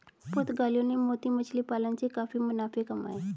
पुर्तगालियों ने मोती मछली पालन से काफी मुनाफे कमाए